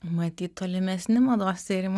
matyt tolimesni mados tyrimai